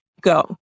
go